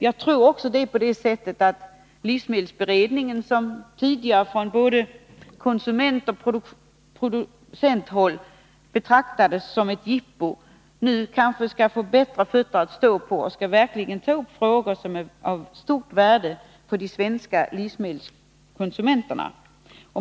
Jag tror att livsmedelsberedningen, som tidigare från både konsumentoch producenthåll betraktades som ett jippo, nu skall få fast mark under fötterna och verkligen kunna ta upp frågor som är av stort värde för de svenska livsmedelskonsumenterna.